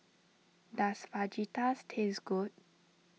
does Fajitas taste good